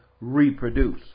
reproduce